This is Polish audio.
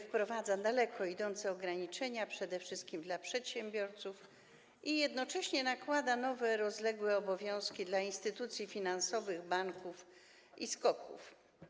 Wprowadza on daleko idące ograniczenia, przede wszystkim dla przedsiębiorców, i jednocześnie przewiduje nowe, rozległe obowiązki dla instytucji finansowych, banków i SKOK-ów.